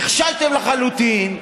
נכשלתם לחלוטין,